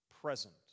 present